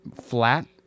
flat